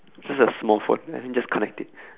just a small phone then just connect it